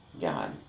god